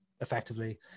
effectively